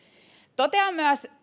totean myös